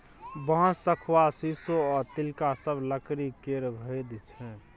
बांस, शखुआ, शीशो आ तिलका सब लकड़ी केर भेद छै